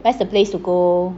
where is the place to go